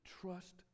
trust